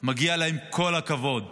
מגיע להם כל הכבוד